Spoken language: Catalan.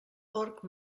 porc